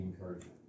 encouragement